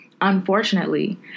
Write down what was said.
Unfortunately